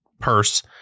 purse